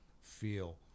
feel